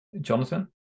jonathan